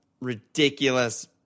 ridiculous